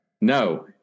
No